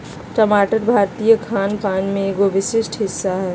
टमाटर भारतीय खान पान के एगो विशिष्ट हिस्सा हय